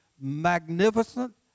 magnificent